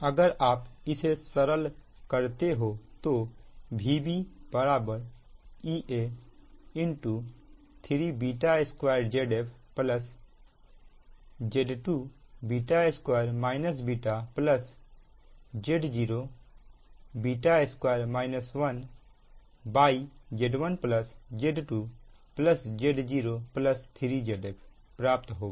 अगर आप इसे सरल करते हो तो Vb Ea 32ZfZ22 βZ02 1Z1Z2Z03Zf प्राप्त होगा